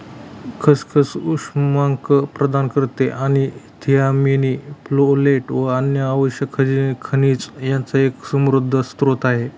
खसखस उष्मांक प्रदान करते आणि थियामीन, फोलेट व अन्य आवश्यक खनिज यांचा एक समृद्ध स्त्रोत आहे